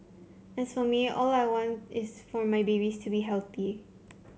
as for me all I want is for my babies to be healthy